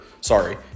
sorry